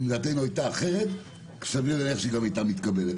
אם דעתנו הייתה אחרת סביר להניח שהיא גם הייתה מתקבלת.